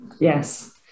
Yes